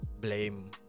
blame